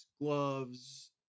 gloves